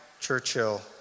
Churchill